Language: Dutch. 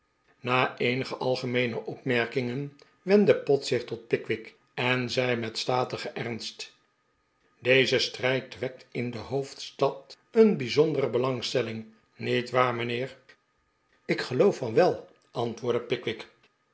na eenige algemeene opmerkingen wendde pott zich tot pickwick en zei met statigen ernst deze strijd wekt in de hoofdstad een bijzondere belangstelling nietwaar mijnheer ik geloof van wel antwoordde pickwick